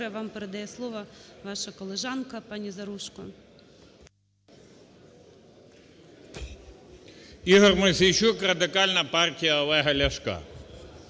Ігор Мосійчук, Радикальна партія Олега Ляшка.